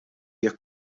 jekk